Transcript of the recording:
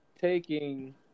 taking